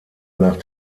nach